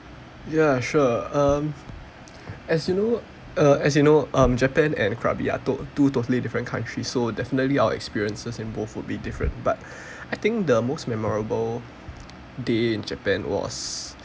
ya sure um as you know uh as you know um japan and krabi are to~ two totally different countries so definitely our experiences in both would be different but I think the most memorable day in japan was